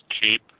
cheap